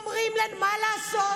מה לעשות?